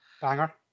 Banger